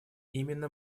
именно